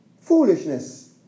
foolishness